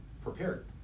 prepared